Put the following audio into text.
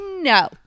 no